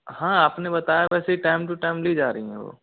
हाँ आपने बताया वैसे ही टाइम टु टाइम ली जा रही हैं वो